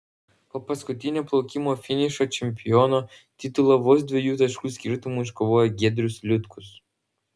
po paskutinio plaukimo finišo čempiono titulą vos dviejų taškų skirtumu iškovojo giedrius liutkus